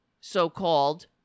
so-called